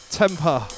temper